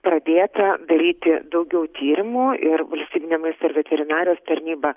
pradėta daryti daugiau tyrimų ir valstybinė maisto ir veterinarijos tarnyba